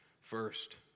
first